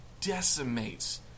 decimates